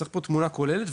צריך פה תמונה כוללת.